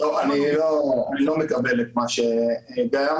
לא, אני לא מקבל את מה שאמר גיא.